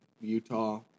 Utah